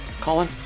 Colin